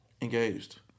Engaged